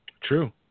true